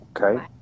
Okay